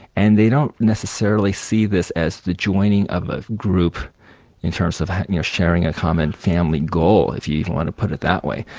and they don't necessarily see this as the joining of a group in terms of sharing a common family goal, if you even want to put it that way.